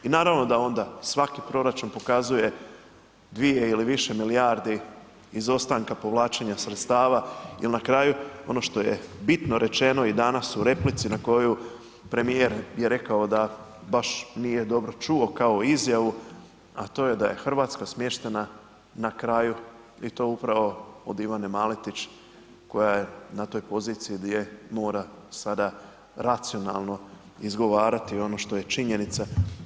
I naravno da onda svaki proračun pokazuje dvije ili više milijardi izostanka povlačenja sredstava, jel na kraju ono što je bitno rečeno i danas u replici na koju premijer je rekao da nije baš dobro čuo kao izjavu, a to je da je Hrvatska smještana na kraju i to upravo od Ivane Maletić koja je na toj poziciji gdje mora sada racionalno izgovarati ono što je činjenica.